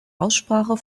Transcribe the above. aussprache